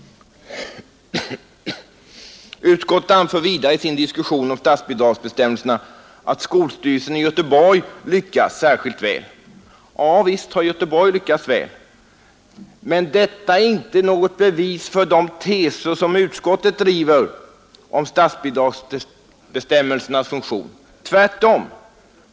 Utskottet anför vidare i sin diskussion om statsbidragsbestämmelserna, att skolstyrelsen i Göteborg lyckats särskilt väl. Ja, visst har Göteborg lyckats väl, men det är inget bevis för de teser som utskottet driver om statsbidragsbestämmelsernas funktion, utan snarare tvärtom.